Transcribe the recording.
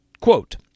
quote